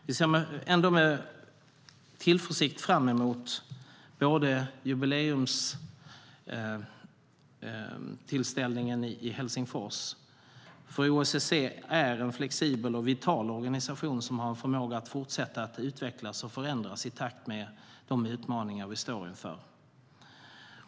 Vi ser ändå med tillförsikt fram mot jubileumstillställningen i Helsingfors, för OSSE är en flexibel och vital organisation som har en förmåga att fortsätta utvecklas och förändras i takt med de utmaningar den står inför.